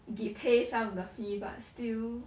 gi~ pay some of the fee but still